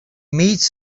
meets